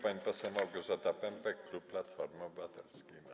Pani poseł Małgorzata Pępek, klub Platforma Obywatelska.